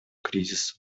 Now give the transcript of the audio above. кризису